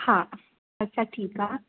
हा अच्छा ठीकु आहे